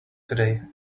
today